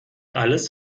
alles